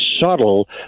subtle